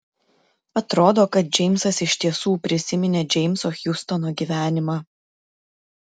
atrodo kad džeimsas iš tiesų prisiminė džeimso hiustono gyvenimą